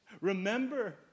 Remember